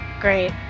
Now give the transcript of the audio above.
Great